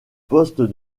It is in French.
poste